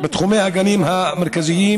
בתחומי הגנים המרכזיים